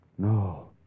No